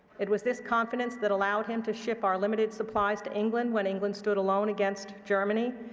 it was this confidence that allowed him to ship our limited supplies to england when england stood alone against germany,